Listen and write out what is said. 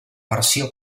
versió